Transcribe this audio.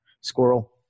squirrel